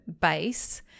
base